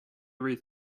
read